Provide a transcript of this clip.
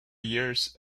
years